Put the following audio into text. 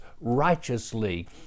righteously